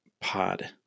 Pod